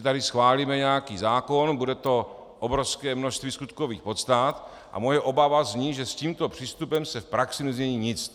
My si tady schválíme nějaký zákon, bude to obrovské množství skutkových podstat a moje obava zní, že s tímto přístupem se v praxi nezmění nic.